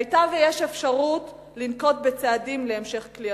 היתה ויש אפשרות לנקוט צעדים להמשך כליאתו.